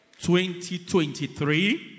2023